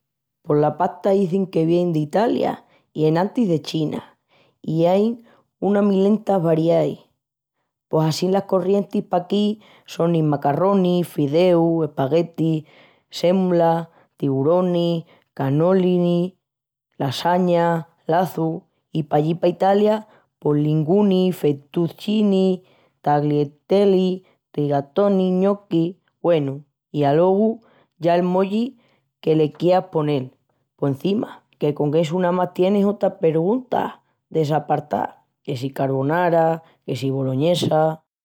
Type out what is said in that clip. Pos la pasta izin que vien d'Italia i enantis de China i ai una milenta varieais. Pos assín las corrientis paquí sonin macarronis, fideus, espaguetis, sémula, tiburonis, canalonis, lasaña, laçus... i pallí pa Italia pos linguini, fetuccini, tagliatelle, rigatoni, ñoqui,... Güenu, i alogu ya el moji que le quiás ponel porcima, que con essu namás tienis otra pergunta desapartá, que si carbonara, que si boloñesa...